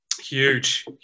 huge